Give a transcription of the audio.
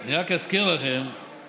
אני רק אזכיר לכם